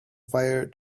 fire